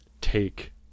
take